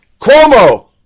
Cuomo